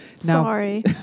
Sorry